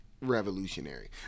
revolutionary